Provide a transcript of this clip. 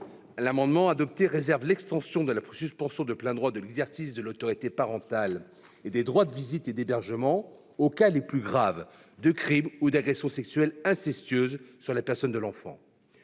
la commission réserve l'extension de la suspension de plein droit de l'exercice de l'autorité parentale et des droits de visite et d'hébergement aux cas les plus graves, ceux de crime ou d'agression sexuelle incestueuse sur la personne de l'enfant.